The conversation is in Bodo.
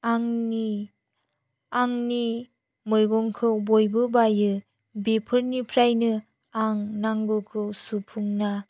आंनि आंनि मैगंखौ बयबो बायो बेफोरनिफ्रायनो आं नांगौखौ सुफुंना